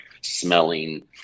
smelling